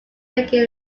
making